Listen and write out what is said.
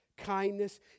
kindness